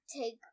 take